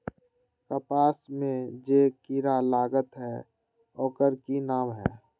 कपास में जे किरा लागत है ओकर कि नाम है?